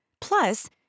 Plus